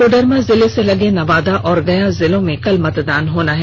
कोडरमा जिले से सटे नवादा और गया जिले में कल मतदान होना है